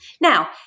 Now